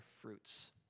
fruits